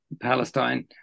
Palestine